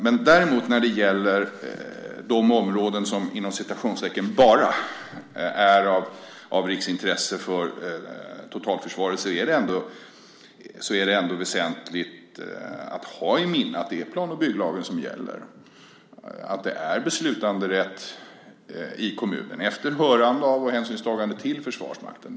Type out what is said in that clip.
Men däremot när det gäller de områden som så att säga bara är av intresse för totalförsvaret är det ändå väsentligt att ha i minnet att det är plan och bygglagen som gäller och att beslutanderätten ligger hos kommunen efter hörande av och hänsynstagande till Försvarsmakten.